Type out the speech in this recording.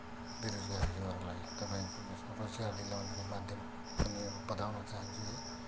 बेरोजगार युवाहरूलाई तपाईँको यसमा रोजगार दिलाउनेको माध्यम बताउन चाहन्छु है